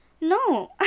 No